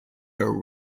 her